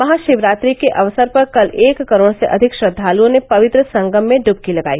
महाशिवरात्रि के अवसर पर कल एक करोड़ से अधिक श्रद्वालुओं ने पवित्र संगम में डुबकी लगाई